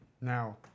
Now